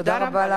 תודה רבה לכם.